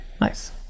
nice